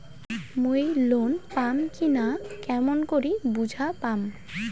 মুই লোন পাম কি না কেমন করি বুঝা পাম?